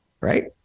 right